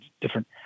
different